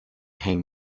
hang